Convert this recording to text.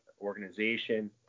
organization